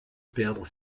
perdre